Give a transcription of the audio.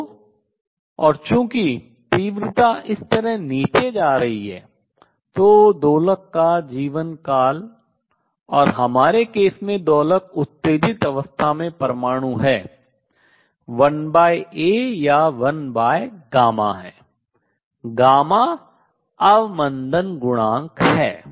तो और चूंकि तीव्रता इस तरह नीचे जा रही है तो दोलक का जीवनकाल और हमारे केस में दोलक उत्तेजित अवस्था में परमाणु है 1A या 1γ है अवमंदन गुणांक है